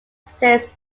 exist